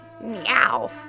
Meow